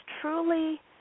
truly